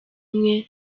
imwe